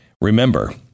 Remember